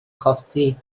codi